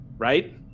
Right